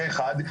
זה אחד.